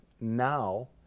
now